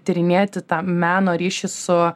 tyrinėti tą meno ryšį su